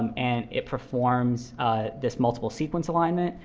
and it performs this multiple sequence alignment.